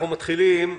אנחנו מתחילים.